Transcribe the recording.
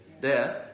death